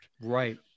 Right